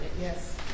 Yes